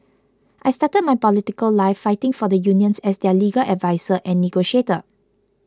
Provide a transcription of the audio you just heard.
I started my political life fighting for the unions as their legal adviser and negotiator